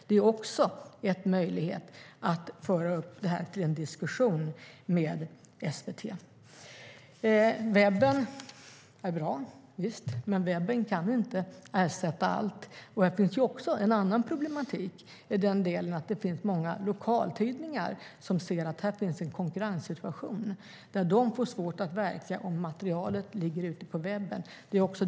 Det är också en möjlighet att föra upp detta till diskussion med SVT. Webben är bra men kan inte ersätta allt. Här finns också problemet att många lokaltidningar ser det som en konkurrenssituation. De får svårt att verka om materialet ligger på webben.